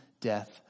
death